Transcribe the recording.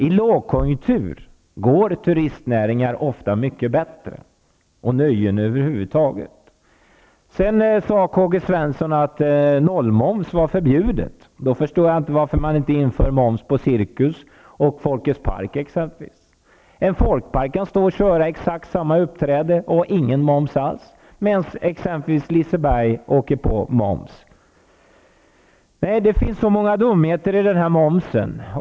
I lågkonjunkturer går turistnäringar och nöjen över huvud taget ofta mycket bättre. Karl-Gösta Svenson sade att nollmoms är förbjudet. Då förstår jag inte varför inte det införs moms för t.ex. cirkus och Folkets park. En folkpark kan ha ett visst uppträdande utan att moms tas ut, medan t.ex. Liseberg åker på moms. Det finns så mycket dumheter med denna moms.